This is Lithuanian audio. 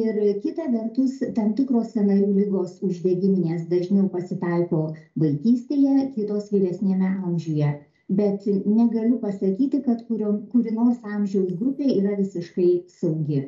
ir kita vertus tam tikros sąnarių ligos uždegiminės dažniau pasitaiko vaikystėje kitos vyresniame amžiuje bet negaliu pasakyti kad kuriom kuri nors amžiaus grupė yra visiškai saugi